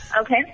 Okay